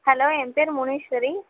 hello என் பேர் முனீஷ்வரி